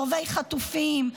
קרובי חטופים.